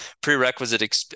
prerequisite